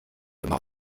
immer